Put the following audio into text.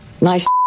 nice